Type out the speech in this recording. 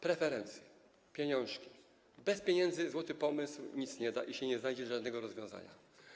Preferencje, pieniążki - bez pieniędzy złoty pomysł nic nie da i nie znajdzie się żadnego rozwiązania.